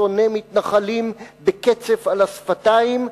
שונא מתנחלים בקצף על השפתיים.